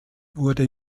wurde